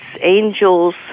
angels